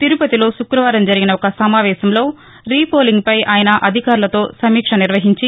తిరుపతిలో శుక్రవారం జరిగిన ఒక సమావేశంలో రీపోలింగ్పై ఆయన అధికారులతో సమీక్ష నిర్వహించి